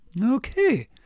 Okay